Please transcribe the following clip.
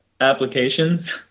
applications